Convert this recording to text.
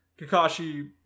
Kakashi